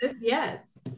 yes